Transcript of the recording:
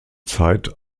zeit